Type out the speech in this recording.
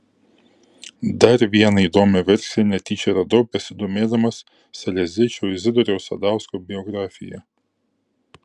dar vieną įdomią versiją netyčia radau besidomėdamas saleziečio izidoriaus sadausko biografija